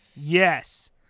Yes